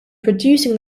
producing